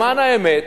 למען האמת,